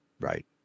Right